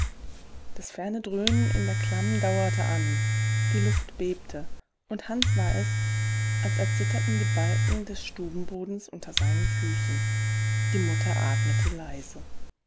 das ferne dröhnen in der klamm dauerte an die luft bebte und hans war es als erzitterten die balken des stubenbodens unter seinen füßen die mutter atmete leise